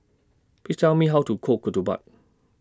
Please Tell Me How to Cook Ketupat